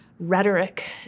rhetoric